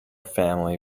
family